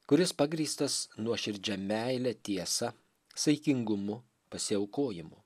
kuris pagrįstas nuoširdžia meile tiesa saikingumu pasiaukojimu